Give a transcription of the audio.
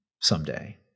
someday